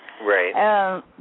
Right